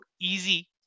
easy